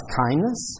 kindness